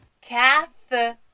Catherine